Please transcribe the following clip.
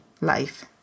life